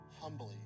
humbly